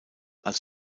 als